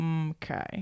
Okay